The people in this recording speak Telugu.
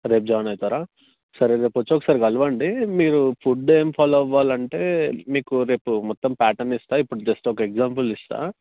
రేపు జాయిన్ అవుతారా సరే రేపు వచ్చి ఒకసారి కలవండి మీరు ఫుడ్ ఏం ఫాలో అవ్వాలి అంటే మీకు రేపు మొత్తం ప్యాటర్న్ ఇస్తాను ఇప్పుడు జస్ట్ ఒక ఎగ్జాంపుల్ ఇస్తాను